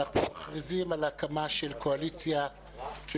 אנחנו מכריזים על ההקמה של קואליציה של